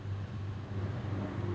nervous about